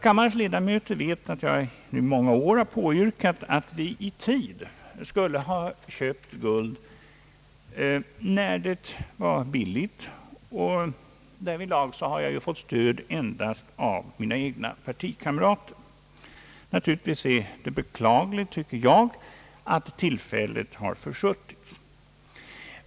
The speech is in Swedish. Kammarens ledamöter vet, att jag i många år har påyrkat, att vi i tid skulle ha köpt guld, när det var billigt, och därvidlag har jag fått stöd endast av mina egna partikamrater. Jag tycker att det är beklagligt, att tillfället har försuttits.